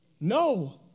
No